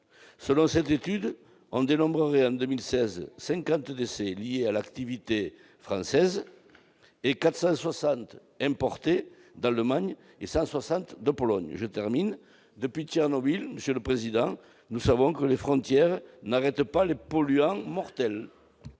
Selon cette étude, on dénombrerait en 2016 quelque 50 décès liés à l'activité française, mais 460 importés d'Allemagne et 160 de Pologne. Depuis Tchernobyl, nous savons que les frontières n'arrêtent pas les polluants mortels